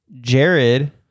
Jared